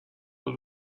dans